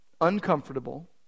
uncomfortable